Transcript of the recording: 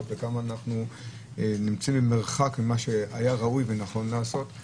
וכמה אנחנו נמצאים במרחק ממה שהיה ראוי ונכון לעשות.